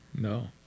No